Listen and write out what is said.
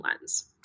lens